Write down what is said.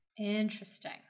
Interesting